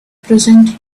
present